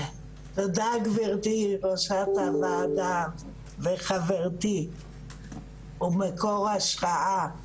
תודה גבירתי ראש הוועדה וחברתי ומקור ההשפעה.